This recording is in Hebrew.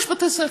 יש בתי ספר,